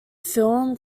film